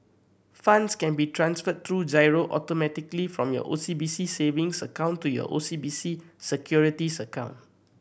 funds can be transferred through giro automatically from your O C B C savings account to your O C B C Securities account